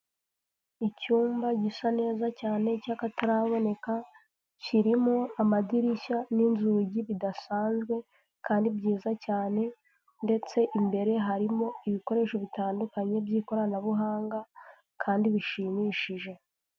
Icyumba gisa neza cyane cy'akataraboneka, kirimo amadirishya n'inzugi bidasanzwe, kandi byiza cyane, ndetse imbere harimo ibikoresho bitandukanye by'ikoranabuhanga, kandi bishimishije.